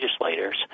legislators